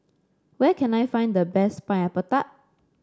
where can I find the best Pineapple Tart